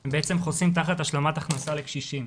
הם בעצם חוסים תחת השלמת הכנסה לקשישים,